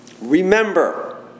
Remember